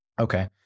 Okay